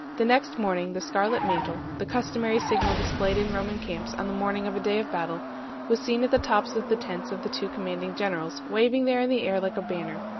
the next morning, the scarlet mantle the customary signal displayed in roman camps on the morning of a day of battle was seen at the tops of the tents of the two commanding generals, waving there in the air like a banner.